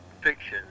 fiction